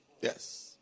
yes